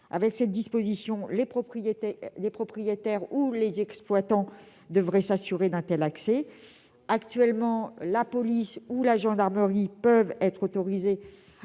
Avec cette disposition, les propriétaires ou les exploitants devraient assurer un tel accès. Actuellement, la police et la gendarmerie peuvent être autorisées